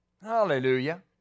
hallelujah